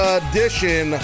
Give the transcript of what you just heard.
edition